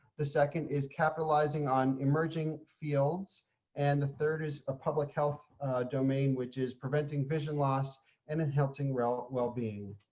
the second is capitalizing on emerging fields and the third is a public health domain which is preventing vision loss and enhancing well well being.